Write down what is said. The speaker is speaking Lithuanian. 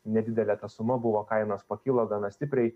nedidelė suma buvo kainos pakilo gana stipriai